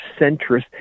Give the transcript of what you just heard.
centrist